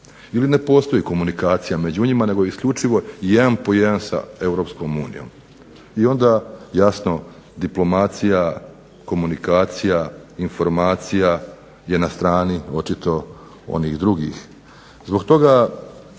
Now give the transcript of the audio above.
ili ne postoji komunikacija među njima, nego isključivo jedan po jedan sa Europskom unijom. I onda jasno diplomacija, komunikacija, informacija je na strani očito onih drugih.